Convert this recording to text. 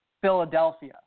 Philadelphia